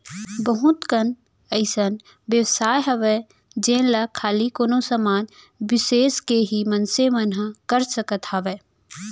बहुत कन अइसन बेवसाय हावय जेन ला खाली कोनो समाज बिसेस के ही मनसे मन ह कर सकत हावय